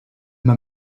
man